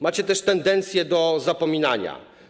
Macie też tendencję do zapominania.